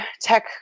tech